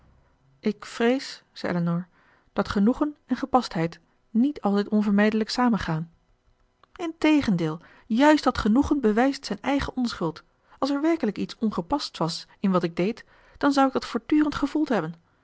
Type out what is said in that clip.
ik vrees zei elinor dat genoegen en gepastheid niet altijd onvermijdelijk samengaan integendeel juist dat genoegen bewijst zijn eigen onschuld als er werkelijk iets ongepasts was in wat ik deed dan zou ik dat voortdurend gevoeld hebben